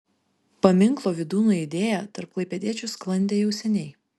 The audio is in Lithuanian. paminklo vydūnui idėja tarp klaipėdiečių sklandė jau seniai